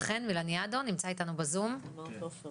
עופר